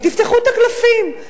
תפתחו את הקלפים,